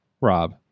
Rob